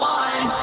one